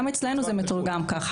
גם אצלנו זה מתורגם כך,